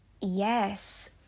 yes